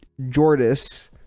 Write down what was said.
Jordis